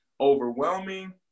overwhelming